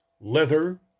leather